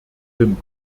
wim